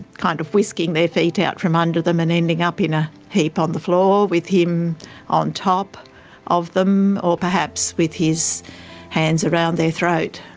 kind of whisking their feet out from under them and ending up in a heap on the floor with him on top of them or perhaps with his hands around their throat.